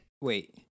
Wait